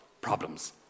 problems